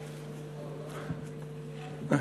אדוני.